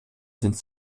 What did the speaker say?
sind